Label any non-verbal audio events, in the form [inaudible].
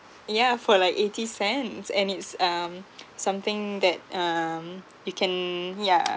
yeah for like eighty cents and it's um [breath] something that um you can yeah